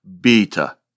beta